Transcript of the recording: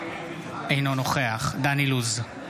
אינו נוכח דן אילוז,